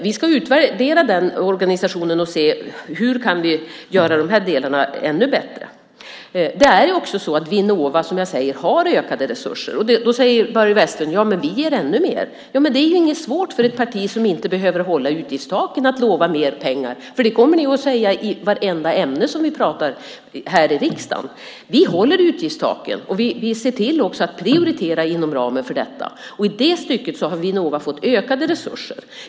Vi ska utvärdera organisationen och se hur de delarna kan göras ännu bättre. Vinnova har fått ökade resurser. Men så säger Börje Vestlund att Socialdemokraterna ger ännu mer. Men det är inget svårt för ett parti som inte behöver hålla utgiftstaken att lova mer pengar. Det kommer ni att göra i vartenda ämne vi talar om i riksdagen. Vi håller utgiftstaken. Vi ser till att prioritera inom ramen för dem. I det stycket har Vinnova fått ökade resurser.